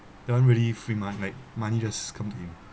that one really free mon~ like money just come to you